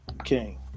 Okay